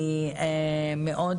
אני מאוד